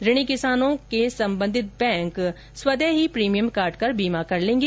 ऋणी किसानों का सम्बंधित बैंक स्वतः ही प्रीमियम काटकर बीमा कर लेगी